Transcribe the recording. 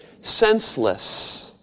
senseless